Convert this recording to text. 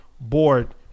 board